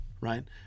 right